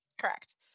Correct